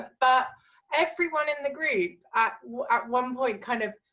but everyone in the group, at at one point kind of,